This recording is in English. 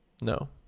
no